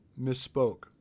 misspoke